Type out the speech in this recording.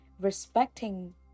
respecting